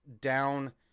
down